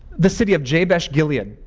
the city of jabesh gilead.